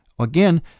Again